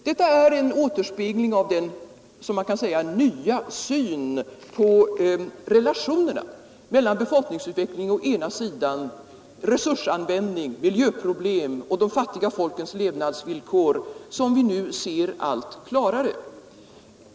Detta är en återspegling av den nya synen på relationerna mellan befolkningsutveckling å ena sidan och resursanvändning, miljöproblem och de fattiga folkens levnadsvillkor å den andra.